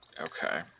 Okay